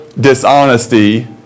dishonesty